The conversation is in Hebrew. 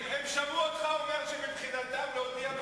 הם שמעו אותך אומר שמבחינתם לא תהיה,